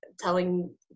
telling